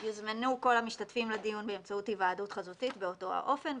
יוזמנו כל המשתתפים לדיון באמצעות היוועדות חזותית באותו האופן.